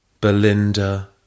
Belinda